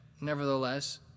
nevertheless